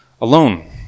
alone